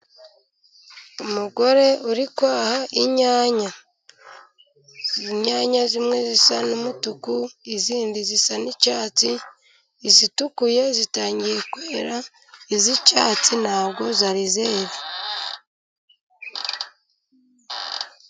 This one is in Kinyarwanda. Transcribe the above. Umugore uri kwaha inyanya, inyanya zimwe zisa n'umutuku izindi zisa n'icyatsi. Izitukuye zitangiye kwera iz'icyatsi ntabwo zari zera.